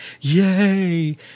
yay